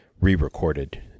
re-recorded